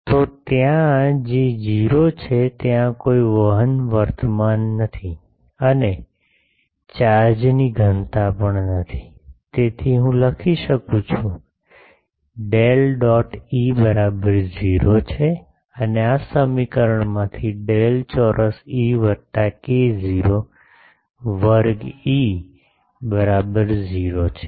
તો ત્યાં જે 0 છે ત્યાં કોઈ વહન વર્તમાન નથી અને ચાર્જની ઘનતા પણ નથી તેથી હું લખી શકું છું ડેલ ડોટ E બરાબર 0 છે અને આ સમીકરણમાંથી ડેલ ચોરસ E વત્તા K0 વર્ગ E બરાબર 0 છે